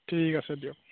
ঠিক আছে দিয়ক